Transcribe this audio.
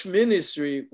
ministry